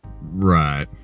Right